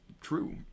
true